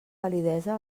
validesa